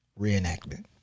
reenactment